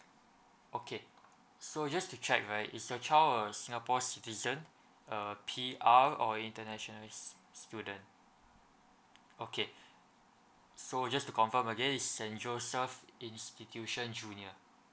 okay so just to check right is your child a singapore citizen uh P_R or international s~ student okay so just to confirm again is saint joseph institution junior